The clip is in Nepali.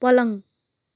पलङ